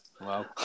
Wow